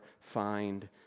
find